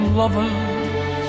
lovers